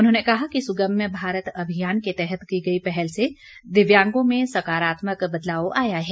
उन्होंने कहा कि सुगम्य भारत अभियान के तहत की गई पहल से दिव्यांगों में सकारात्मक बदलाव आया है